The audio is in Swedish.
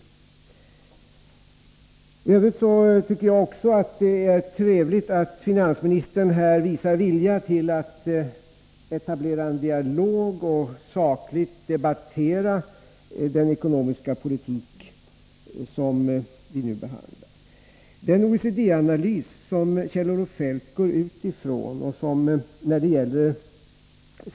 I övrigt tycker jag att det är trevligt att finansministern här visat vilja till att etablera en dialog och att sakligt debattera den ekonomiska politiken. Kjell-Olof Feldt utgår från en OECD-analys.